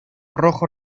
rojo